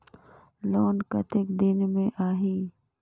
Loan कतेक दिन मे आही?